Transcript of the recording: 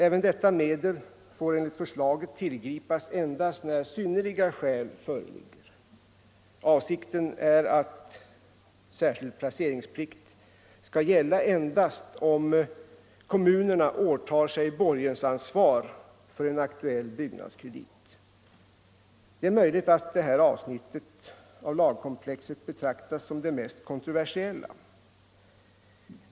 Även detta medel får enligt förslaget tillgripas först när synnerliga skäl föreligger. Avsikten är att särskild placeringsplikt skall gälla endast om kommunerna åtar sig borgensansvar för en aktuell byggnadskredit. Det är möjligt att detta avsnitt av lagkomplexet betraktas som det mest kontroversiella.